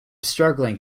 struggling